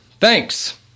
thanks